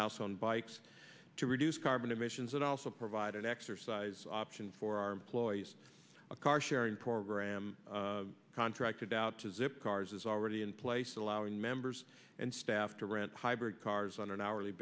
house on bikes to reduce carbon emissions and also provide an exercise option for our employees a car sharing program contracted out to zip cars is already in place allowing members and staff to rent hybrid cars on an hourly